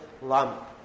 lump